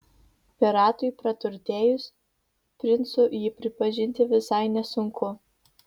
piratui praturtėjus princu jį pripažinti visai nesunku